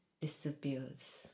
disappears